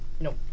No